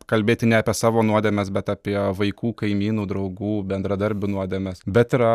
kalbėti ne apie savo nuodėmes bet apie vaikų kaimynų draugų bendradarbių nuodėmes bet yra